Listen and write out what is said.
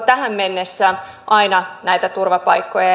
tähän mennessä lähestulkoon aina näitä turvapaikkoja